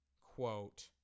quote